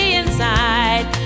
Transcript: inside